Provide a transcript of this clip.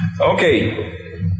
Okay